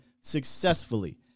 successfully